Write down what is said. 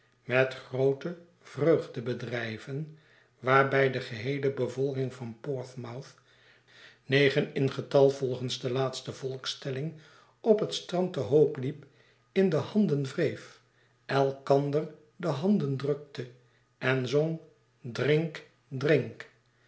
met groote vreugdebedrijven waarbij de geheele bevolking van portsmouth negen in getal volgens de laatste volkstelling op het strand te hoop liep in de handen wreef elkander de handen drukte en zong drink drink